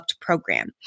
program